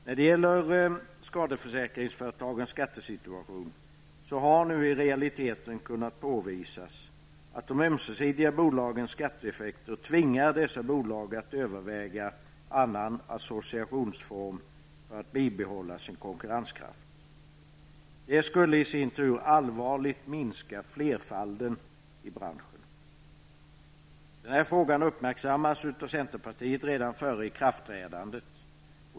När det gäller skadeförsäkringsföretagens skattesituation har nu i realiteten kunnat påvisas att de ömsesidiga bolagens skatteeffekter tvingar dessa bolag att överväga annan associationsform för att bibehålla sin konkurrenskraft, vilket allvarligt skulle minska flerfalden i branschen. Frågan uppmärksammades av centerpartiet redan före ikraftträdandet.